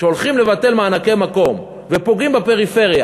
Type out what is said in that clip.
כשהולכים לבטל מענקי מקום ופוגעים בפריפריה